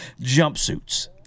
jumpsuits